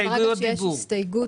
אבל ברגע שיש הסתייגות,